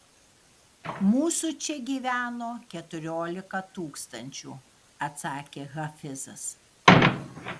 mūsų čia gyveno keturiolika tūkstančių atsakė hafizas